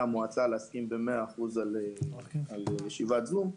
המועצה להסכים ב-100 אחוזים על ישיבת זום,